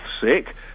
sick